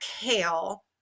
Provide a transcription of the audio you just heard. kale